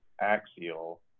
axial